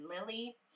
Lily